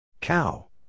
Cow